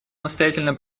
настоятельно